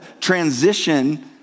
transition